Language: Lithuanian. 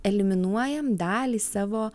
eliminuojam dalį savo